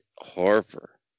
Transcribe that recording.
Harper